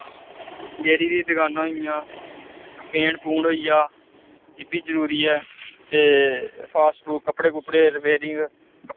dairy दी दकानां होई गेइयां पेंट पूंट होई गेआ एह् बी जरूरी ऐ ते फास्ट फूड़ कपड़े कुपड़े रिपेयरिंग